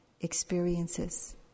experiences